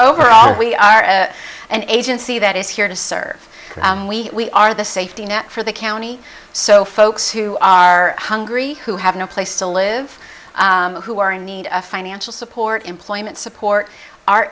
over all we are at an agency that is here to serve we are the safety net for the county so folks who are hungry who have no place to live or who are in need a financial support employment support our